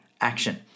action